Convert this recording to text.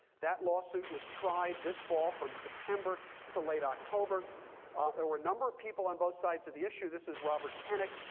that lawsuit was tried this fall from september to late october ah a number of people on both sides of the issue. this is robert pennock,